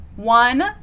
One